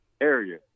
area